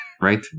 Right